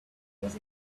was